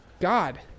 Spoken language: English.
God